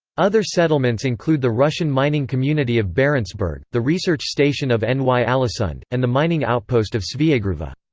other settlements include the russian mining community of barentsburg, the research station of and ny-alesund, and the mining outpost of sveagruva.